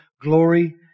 glory